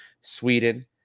Sweden